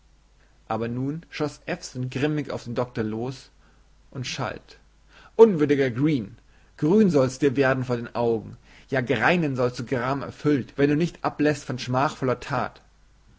aber nun schoß ewson grimmig auf den doktor los und schalt unwürd'ger green grün soll's dir werden vor den augen ja greinen sollst du gramerfüllt wenn du nicht abläßt von schmachvoller tat